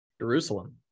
Jerusalem